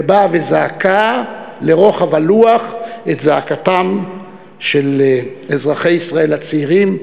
ובאה וזעקה לרוחב הלוח את זעקתם של אזרחי ישראל הצעירים,